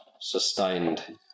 sustained